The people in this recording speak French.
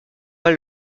pas